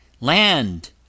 Land